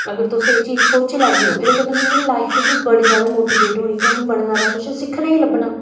अगर तुस एह् गल्ल सोची लैगे एह्दे कन्नै तुं'दी लाइफ बी बड़ी जादा मोटिवेट होनी तुसें बड़ा जादा कुछ सिक्खने गी लब्भना